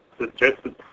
suggested